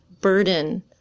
burden